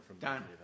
Done